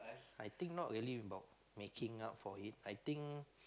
I think not really about making up for it